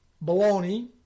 Bologna